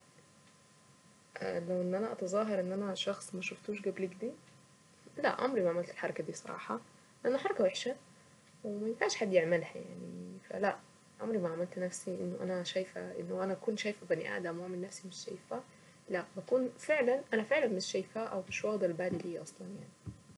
لو ان انا اتظاهر ان انا شخص ما شفتوش قبل كده لا عمري ما عملت الحركة دي الصراحة لانه حركة وحشة وما ينفعش حد يعملها يعني فلا عمري ما عملت نفسي انه انا شايفة انه انا اكون شايفة بني ادم واعمل نفسي مش شايفاه لا بكون فعلا انا فعلا مش شايفاه او مش واخدة البالي ليه اصلا يعني.